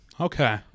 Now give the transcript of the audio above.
Okay